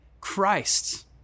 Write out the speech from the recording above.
Christ